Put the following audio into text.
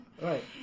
right